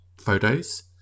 photos